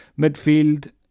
Midfield